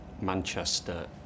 manchester